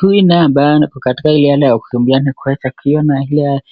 Huyu naye ambaye akiwa katika hiari ya kukimbia ni Koech akiwa na ile